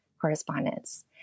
correspondence